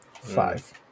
five